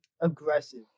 aggressive